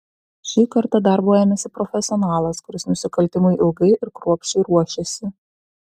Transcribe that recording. šį kartą darbo ėmėsi profesionalas kuris nusikaltimui ilgai ir kruopščiai ruošėsi